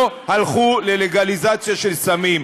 לא הלכו ללגליזציה של סמים.